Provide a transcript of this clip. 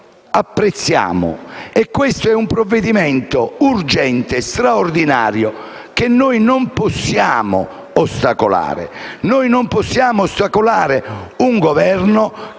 apprezziamo. E questo è un provvedimento urgente e straordinario che noi non possiamo ostacolare. Noi non possiamo ostacolare un Governo che